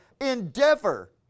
endeavor